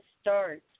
start